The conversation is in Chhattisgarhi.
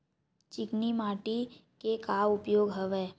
चिकनी माटी के का का उपयोग हवय?